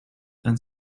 and